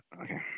okay